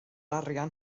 arian